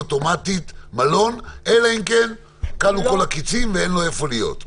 אוטומטית מלון אלא אם כן כלו כל הקיצין ואין לו איפה להיות.